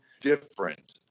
different